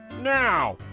now,